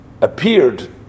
appeared